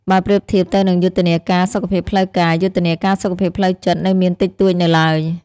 បើប្រៀបធៀបទៅនឹងយុទ្ធនាការសុខភាពផ្លូវកាយ យុទ្ធនាការសុខភាពផ្លូវចិត្តនៅមានតិចតួចនៅឡើយ។